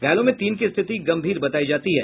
घायलों में तीन की स्थिति गंभीर बतायी जाती है